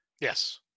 Yes